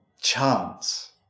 chance